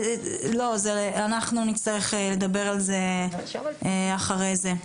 אנחנו נצטרך לדבר על זה אחרי זה.